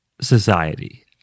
society